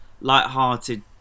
light-hearted